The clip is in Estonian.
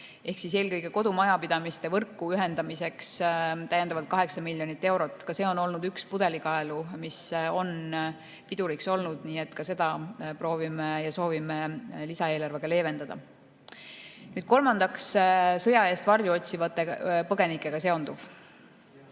ehk eelkõige kodumajapidamiste võrku ühendamiseks täiendavalt 8 miljonit eurot. Ka see on olnud üks pudelikael, mis on piduriks olnud, nii et ka seda proovime ja soovime lisaeelarvega leevendada. Kolmandaks, sõja eest varju otsivate põgenikega seonduv.